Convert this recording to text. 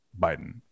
Biden